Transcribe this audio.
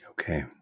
Okay